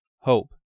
hope